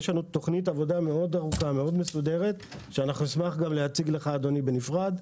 יש לנו תוכנית עבודה ארוכה ומסודרת מאוד ונשמח להציג אותה בנפרד.